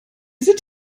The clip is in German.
sind